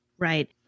Right